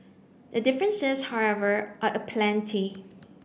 the differences however are aplenty